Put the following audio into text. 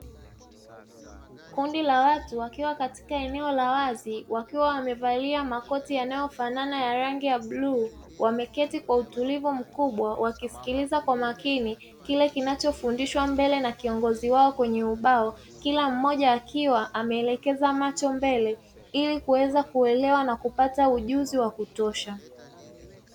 Kundi la watu wakiwa katika eneo la wazi wakiwa wamevalia makoti yanayofanana ya rangi ya bluu. Wameketi kwa utulivu mkubwa wakisiliza kwa makini kile kinachofundishwa mbele na kiongozi wao kwenye ubao. Kila mmoja akiwa ameelekeza macho mbele ili kuweza kuelewa na kupata ujuzi wa kutosha.